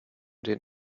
den